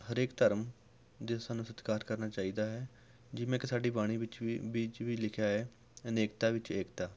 ਹਰੇਕ ਧਰਮ ਦੇ ਸਾਨੂੰ ਸਤਿਕਾਰ ਕਰਨਾ ਚਾਹੀਦਾ ਹੈ ਜਿਵੇਂ ਕਿ ਸਾਡੀ ਬਾਣੀ ਵਿੱਚ ਵੀ ਵਿੱਚ ਵੀ ਲਿਖਿਆ ਹੈ ਅਨੇਕਤਾ ਵਿੱਚ ਏਕਤਾ